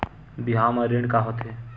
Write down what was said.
बिहाव म ऋण का होथे?